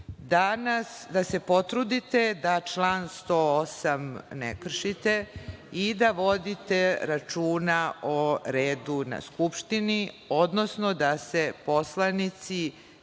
da se potrudite da član 108. ne kršite i da vodite računa o redu na Skupštini, odnosno da se poslanici